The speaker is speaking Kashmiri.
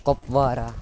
کۄپوارہ